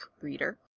reader